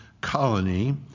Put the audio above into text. colony